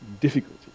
difficulty